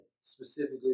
specifically